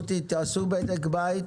אני מבקש, רותי, תעשו בדק בית.